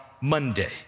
Monday